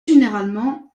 généralement